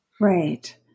Right